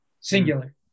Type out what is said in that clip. singular